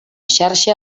xarxa